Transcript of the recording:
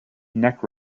neck